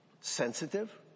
sensitive